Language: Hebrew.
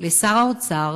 לשר האוצר